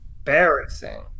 embarrassing